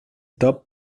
top